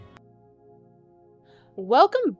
Welcome